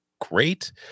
great